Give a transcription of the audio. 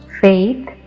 faith